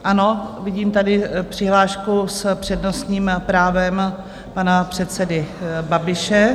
Ano, vidím tady přihlášku s přednostním právem pana předsedy Babiše.